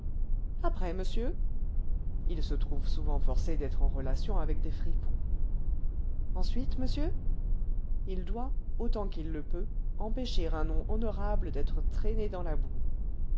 après monsieur il se trouve souvent forcé d'être en relation avec des fripons ensuite monsieur il doit autant qu'il le peut empêcher un nom honorable d'être traîné dans la boue